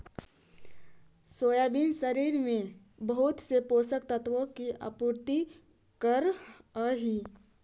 soybean शरीर में बहुत से पोषक तत्वों की आपूर्ति करअ हई